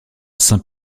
saint